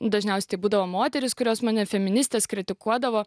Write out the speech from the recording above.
dažniausiai tai būdavo moterys kurios mane feministės kritikuodavo